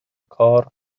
کار